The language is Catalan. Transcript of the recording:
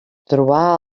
trobar